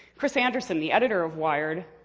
chris anderson, the editor of wired,